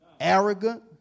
arrogant